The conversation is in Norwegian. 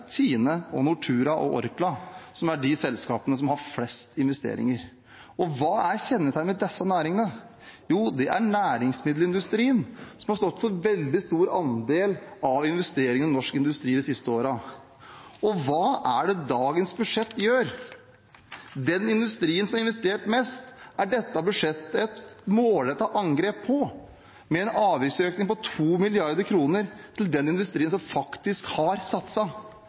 Tine, Nortura og Orkla som er de selskapene som har flest investeringer. Og hva er kjennetegnet ved disse næringene? Jo, det er næringsmiddelindustrien som har stått for en veldig stor andel av investeringene i norsk industri i de seneste årene. Hva er det dagens budsjett gjør? Den industrien som har investert mest, er dette budsjettet et målrettet angrep på – med en avgiftsøkning på 2 mrd. kr til den industrien som faktisk har